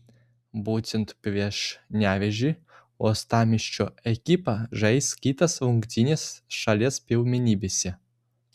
būtent prieš nevėžį uostamiesčio ekipa žais kitas rungtynes šalies pirmenybėse